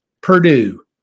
Purdue